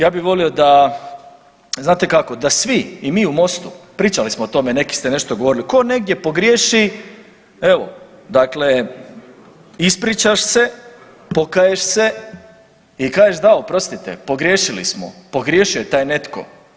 Ja bi volio da, znate kako i mi u MOST-u pričali smo o tome neki ste nešto govorili, tko negdje pogriješi evo dakle ispričaš se, pokaješ se i kažeš da oprostite pogriješili smo, pogriješio je taj netko.